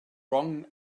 wrong